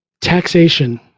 Taxation